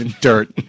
dirt